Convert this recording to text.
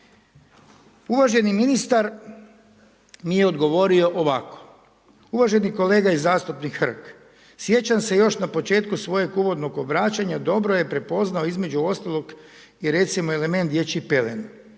Uvaženi ministar mi je odgovorio ovako: uvaženi kolega i zastupnik Hrg, sjećam se još na početku svojeg uvodnog obraćanja dobro je prepoznao između ostalog i recimo, element dječjih pelena.